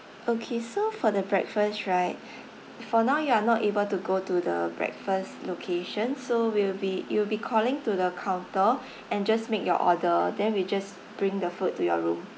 okay so for the breakfast right for now you are not able to go to the breakfast location so we'll be it will be calling to the counter and just make your order then we just bring the food to your room